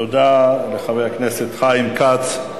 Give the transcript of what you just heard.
תודה לחבר הכנסת חיים כץ,